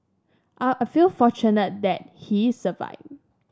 are a feel fortunate that he survived